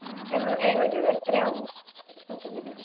ഏകദേശം ഇത് എത്രയാവും മൊത്തത്തിൽ